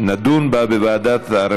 ונדון בה בוועדת העבודה,